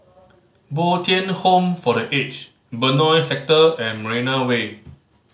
Bo Tien Home for The Aged Benoi Sector and Marina Way